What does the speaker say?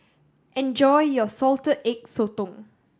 enjoy your Salted Egg Sotong